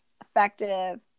effective